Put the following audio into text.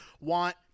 want